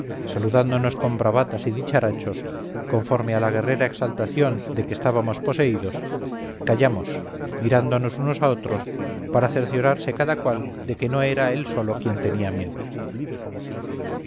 saludándonos con bravatas y dicharachos conforme a la guerrera exaltación de que estábammos poseídos callamos mirándonos unos a otros para cerciorarse cada cual de que no era él solo quien tenía miedo